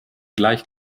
gleich